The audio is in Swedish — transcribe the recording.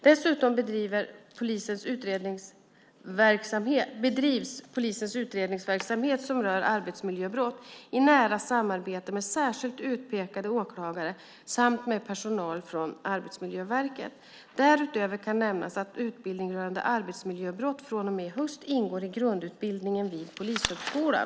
Dessutom bedrivs polisens utredningsverksamhet rörande arbetsmiljöbrott i nära samarbete med särskilt utpekade åklagare samt med personal från Arbetsmiljöverket. Därutöver kan nämnas att utbildning rörande arbetsmiljöbrott från och med i höst ingår i grundutbildningen vid Polishögskolan.